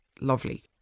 Lovely